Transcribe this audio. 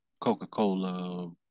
Coca-Cola